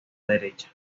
derecha